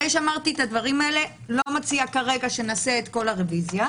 אחרי שאמרתי את הדברים האלה אני לא מציעה כרגע שנעשה את כל הרביזיה,